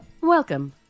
Welcome